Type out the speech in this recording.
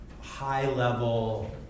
high-level